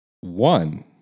one